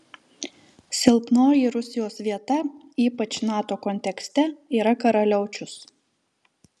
silpnoji rusijos vieta ypač nato kontekste yra karaliaučius